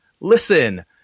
listen